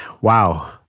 Wow